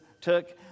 took